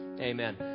Amen